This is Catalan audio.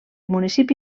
municipi